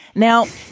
now,